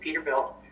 Peterbilt